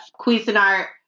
Cuisinart